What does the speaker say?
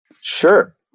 Sure